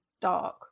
dark